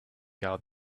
out